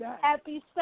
Happy